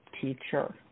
teacher